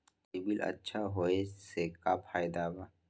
CIBIL अच्छा होऐ से का फायदा बा?